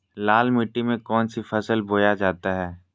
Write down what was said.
लाल मिट्टी में कौन सी फसल बोया जाता हैं?